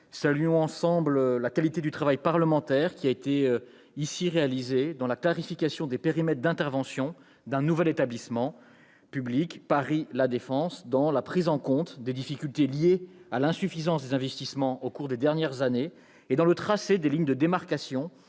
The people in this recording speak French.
saluons ensemble la qualité du travail parlementaire qui a été ici réalisé, dans la clarification des périmètres d'intervention du nouvel établissement public Paris La Défense, dans la prise en compte des difficultés liées à l'insuffisance des investissements au cours des dernières années et dans le tracé des lignes de démarcation